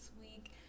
week